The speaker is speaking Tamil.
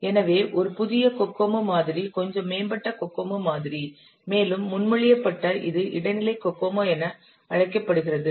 எனவே ஒரு புதிய கோகோமோ மாதிரி கொஞ்சம் மேம்பட்ட கோகோமோ மாதிரி மேலும் முன்மொழியப்பட்ட இது இடைநிலை கோகோமோ என அழைக்கப்படுகிறது